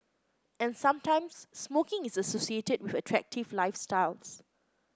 and sometimes smoking is associated with attractive lifestyles